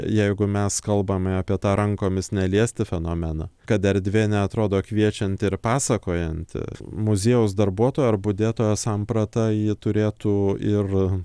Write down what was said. jeigu mes kalbame apie tą rankomis neliesti fenomeną kad erdvė neatrodo kviečianti ir pasakojanti muziejaus darbuotojo ar budėtojo samprata ji turėtų ir